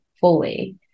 fully